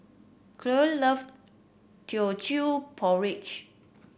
Cyril love Teochew Porridge